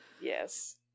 Yes